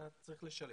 אתה צריך לשלם.